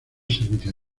servicio